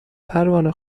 پروانه